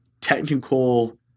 technical